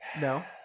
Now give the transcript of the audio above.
No